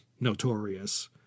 notorious